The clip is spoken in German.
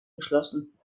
geschlossen